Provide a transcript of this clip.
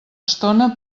estona